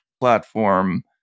platform